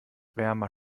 wärmer